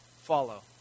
follow